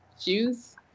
shoes